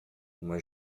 uma